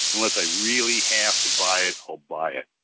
unless i really have to buy it, i'll buy it.